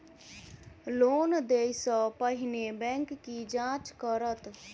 Loan देय सा पहिने बैंक की जाँच करत?